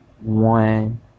one